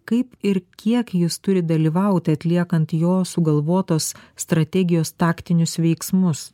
kaip ir kiek jis turi dalyvauti atliekant jo sugalvotos strategijos taktinius veiksmus